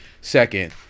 Second